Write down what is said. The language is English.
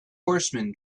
horseman